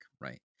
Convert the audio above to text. right